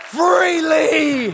freely